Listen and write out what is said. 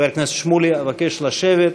חבר הכנסת שמולי, אבקש לשבת.